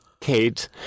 Kate